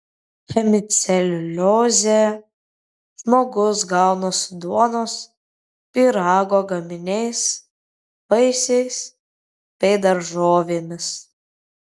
hemiceliuliozę žmogus gauna su duonos pyrago gaminiais vaisiais bei daržovėmis